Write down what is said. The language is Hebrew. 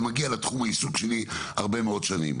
מגיע לתחום העיסוק שלי הרבה מאוד שנים.